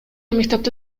мектепти